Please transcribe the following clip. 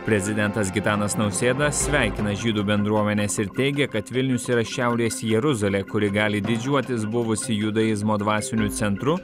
prezidentas gitanas nausėda sveikina žydų bendruomenes ir teigia kad vilnius yra šiaurės jeruzalė kuri gali didžiuotis buvusi judaizmo dvasiniu centru